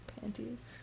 Panties